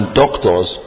doctors